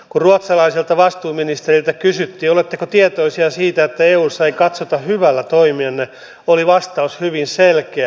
kun ruotsalaiselta vastuuministeriltä kysyttiin oletteko tietoisia siitä että eussa ei katsota hyvällä toimianne oli vastaus hyvin selkeä